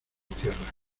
tierra